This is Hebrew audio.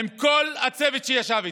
עם כל הצוות שישב איתו.